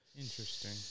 interesting